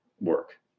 work